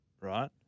right